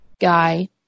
guy